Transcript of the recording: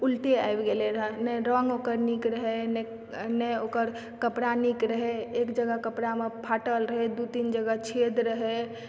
उल्टे आबि गेलै रहऽ नहि रङ्ग ओकर नीक रहै नहि ओकर कपड़ा नीक रहै एक जगह कपड़ामे फाटल रहै दू तीन जगह छेद रहै